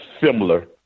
similar